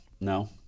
No